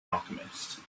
alchemist